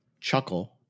chuckle